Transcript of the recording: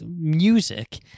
music